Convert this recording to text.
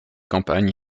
campagne